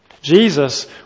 Jesus